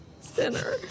sinner